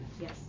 yes